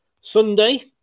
sunday